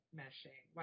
meshing